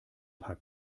paar